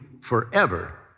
forever